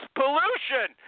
pollution